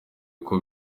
kuko